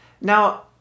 Now